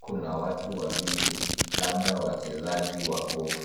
Kuna watu wawili labda wachezaji wa golf